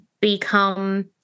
become